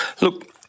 Look